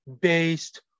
based